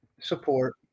support